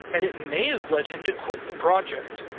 and it may have lead him to quit the project.